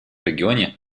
регионе